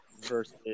versus